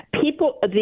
People